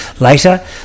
later